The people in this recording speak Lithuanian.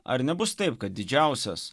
ar nebus taip kad didžiausias